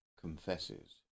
confesses